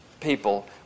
people